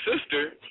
sister